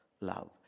love